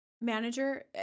manager